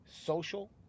Social